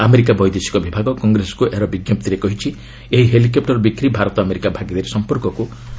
America ବୈଦେଶିକ ବିଭାଗ କଂଗ୍ରେସକୁ ଏହାର ବିଜ୍ଞପ୍ତିରେ କହିଛି ଏହି ହେଲିକପ୍ଟର ବିକ୍ରି ଭାରତ ଆମେରିକା ଭାଗିଦାରୀ ସମ୍ପର୍କକୁ ଆହୁରି ସୁଦୃଢ଼ କରିବ